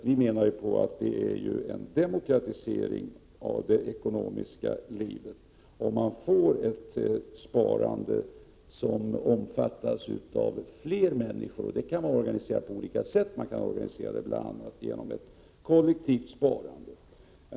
Vi menar ju att det är en demokratisering av det ekonomiska livet om man får ett sparande som omfattas av fler människor. Det kan organiseras på olika sätt, bl.a. genom ett kollektivt sparande.